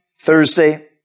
Thursday